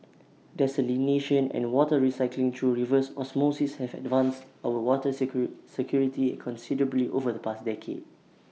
desalination and water recycling through reverse osmosis have enhanced our water security considerably over the past decade